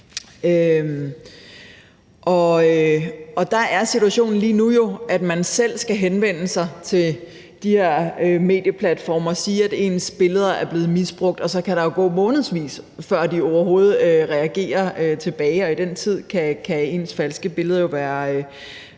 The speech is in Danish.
Og der er situationen jo lige nu sådan, at man skal henvende sig til de her medieplatforme og så sige, at ens billeder er blevet misbrugt. Og så kan der jo gå månedsvis, før de overhovedet reagerer og vender tilbage, og i den tid kan ens billeder og